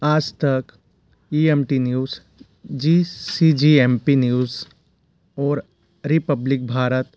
आज Tak E M T news Zee C G M P news और Republic Bharat